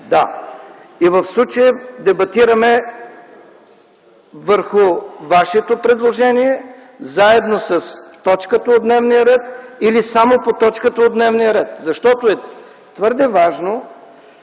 Да. В случая дебатираме върху Вашето предложение, заедно с точката от дневния ред или само по точката от дневния ред? Твърде е важно